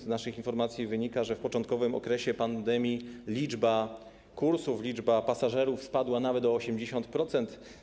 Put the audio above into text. Z naszych informacji wynika, że w początkowym okresie pandemii liczba kursów, liczba pasażerów spadła nawet o 80%.